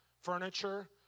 furniture